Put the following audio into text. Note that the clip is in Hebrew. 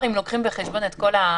אנחנו יושבים פה בשידור ישיר,